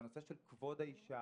בנושא של כבוד האשה.